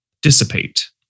dissipate